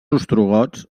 ostrogots